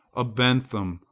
a bentham,